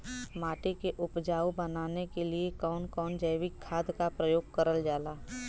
माटी के उपजाऊ बनाने के लिए कौन कौन जैविक खाद का प्रयोग करल जाला?